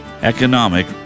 economic